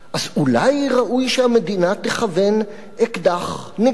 אז אולי צריך שהמדינה תכוון אקדח נגדי